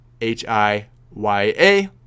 H-I-Y-A